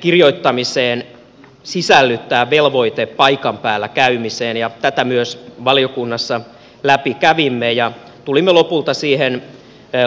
kirjoittamiseen sisällyttää velvoite paikan päällä käymiseen ja tätä myös valiokunnassa läpi kävimme ja tulimme lopulta siihen